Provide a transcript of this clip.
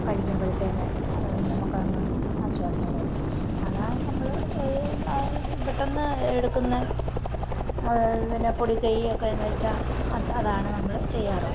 കഴിക്കുമ്പോഴത്തേന് നമുക്കങ്ങ് ആശ്വാസം വരും അതാണ് നമ്മൾ പെട്ടെന്ന് എടുക്കുന്ന പിന്നെ പൊടിക്കൈ ഒക്കെ എന്ന് വെച്ചാൽ അതാണ് നമ്മൾ ചെയ്യാറ്